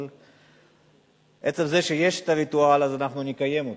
אבל עצם זה שיש הריטואל, אנחנו נקיים אותו.